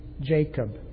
Jacob